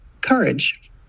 courage